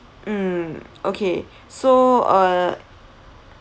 um okay so uh